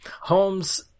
Holmes